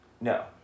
No